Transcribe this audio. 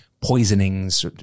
poisonings